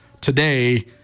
today